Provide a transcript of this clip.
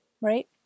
right